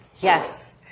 Yes